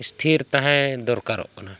ᱤᱥᱛᱷᱤᱨ ᱛᱟᱦᱮᱸ ᱫᱚᱨᱠᱟᱨᱚᱜ ᱠᱟᱱᱟ